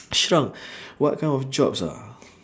shrunk what kind of jobs ah